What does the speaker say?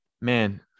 man